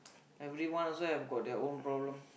everyone also have got their own problem